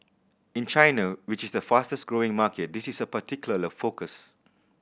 in China which is the fastest growing market this is a particular focus